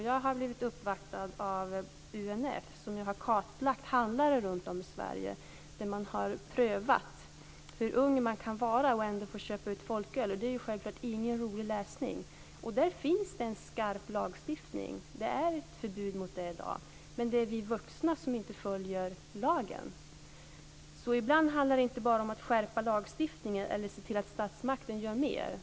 Jag har blivit uppvaktad av UNF, som har kartlagt handlare runtom i Sverige. Man har prövat hur ung en person kan vara för att få köpa ut folköl. Det är självklart ingen rolig läsning. Det finns en skarp lagstiftning. Det är förbud mot detta i dag. Men det är vi vuxna som inte följer lagen. Ibland handlar det inte bara om att skärpa lagstiftningen eller att se till att statsmakten gör mer.